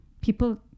People